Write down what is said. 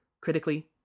critically